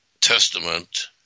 Testament